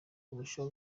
kurusha